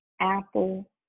apple